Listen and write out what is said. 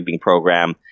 program